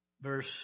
verse